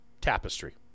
tapestry